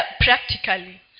practically